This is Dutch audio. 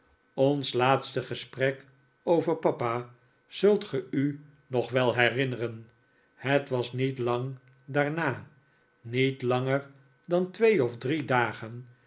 ons laatste gesprek over papa zult ge i nog wel herinneren het was niet lang daarna niet langer dan twee of drie dagen